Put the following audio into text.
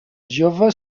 jove